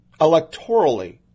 Electorally